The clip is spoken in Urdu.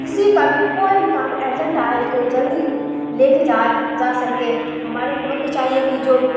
کسی کا بھی کوئی بھی کام ارجنٹ آئے تو جلدی لے کے جائے جا سکے ہماری حکومت کو چاہیے کہ جو